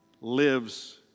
lives